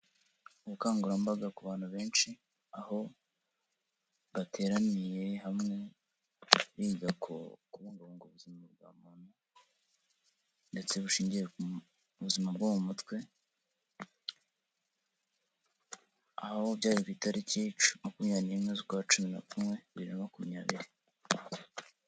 Ubukangurambaga ku bantu benshi, aho bateraniye hamwe biga ku kubungabunga ubuzima bwa muntu, ndetse bushingiye ku buzima bwo mu mutwe. Aha ho byari ku itariki makumyabiri n'imwe z'ukwacumu na kumwe, bibiri na makumyabiri.